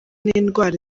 n’indwara